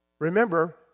Remember